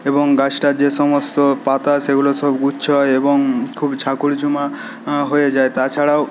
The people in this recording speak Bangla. এবং গাছটার যে সমস্ত পাতা সেগুলো সব উচ্চ হয় এবং খুব ঝাকড়ঝুমা হয়ে যায় তাছাড়াও